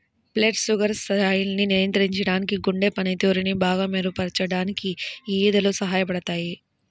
blood sugar స్థాయిల్ని నియంత్రించడానికి, గుండె పనితీరుని బాగా మెరుగుపరచడానికి యీ ఊదలు సహాయపడతయ్యి